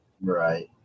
Right